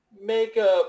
Makeup